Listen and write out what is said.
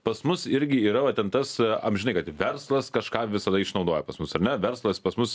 pas mus irgi yra va ten tas amžinai kad verslas kažką visada išnaudoja pas mus ar ne verslas pas mus